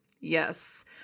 Yes